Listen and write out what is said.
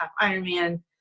Ironman